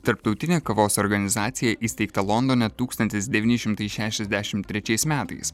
tarptautinė kavos organizacija įsteigta londone tūkstantis devyni šimtai šešiasdešimt trečiais metais